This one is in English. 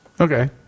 Okay